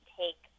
take